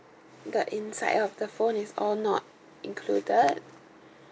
the inside of the phone is all not included